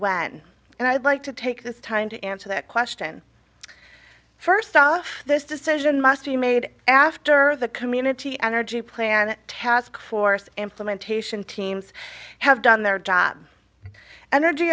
when and i'd like to take this time to answer that question first off this decision must be made after the community energy plan task force implementation teams have done their job